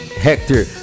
Hector